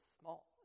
small